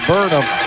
Burnham